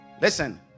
Listen